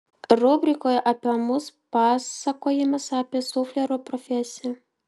rubrikoje apie mus pasakojimas apie suflerio profesiją